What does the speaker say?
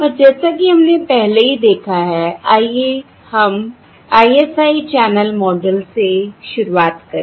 और जैसा कि हमने पहले ही देखा है आइए हम ISI चैनल मॉडल से शुरुआत करें